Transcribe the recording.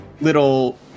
little